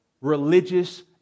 religious